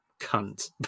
cunt